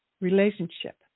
relationship